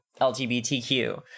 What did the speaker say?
LGBTQ